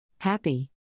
happy